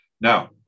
Now